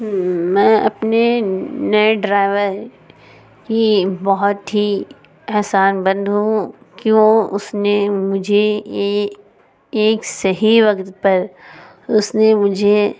میں اپنے نئے ڈرائیور کی بہت ہی احسان مند ہوں کیوں اس نے مجھے یہ ایک صحیح وقت پر اس نے مجھے